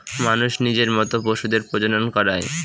মানুষ নিজের মত পশুদের প্রজনন করায়